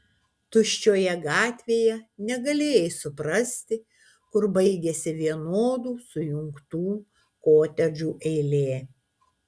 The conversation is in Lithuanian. tuščioje gatvėje negalėjai suprasti kur baigiasi vienodų sujungtų kotedžų eilė